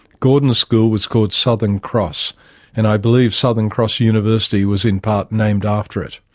gordon's school was called southern cross and i believe southern cross university was, in part, named after it.